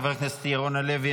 חבר הכנסת ירון הלוי,